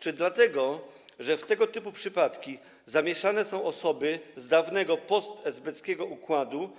Czy jest tak dlatego, że w tego typu przypadki zamieszane są osoby z dawnego postesbeckiego układu,